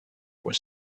was